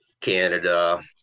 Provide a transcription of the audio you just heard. Canada